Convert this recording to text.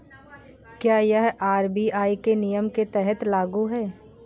क्या यह आर.बी.आई के नियम के तहत लागू है?